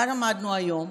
מה למדנו היום?